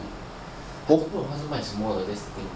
我不懂他在卖什么的 that's the thing